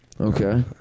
Okay